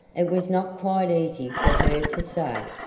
it was not quite easy for her to say,